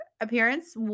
appearance